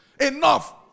enough